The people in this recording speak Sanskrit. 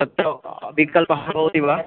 तत्र विकल्पः भवति वा